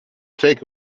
take